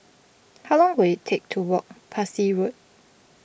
how long will it take to walk Parsi Road